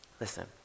Listen